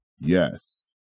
yes